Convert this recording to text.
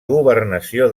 governació